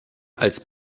als